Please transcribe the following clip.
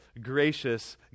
gracious